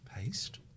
Paste